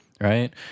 right